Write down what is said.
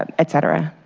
but etc.